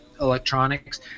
electronics